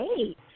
eight